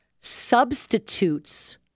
substitutes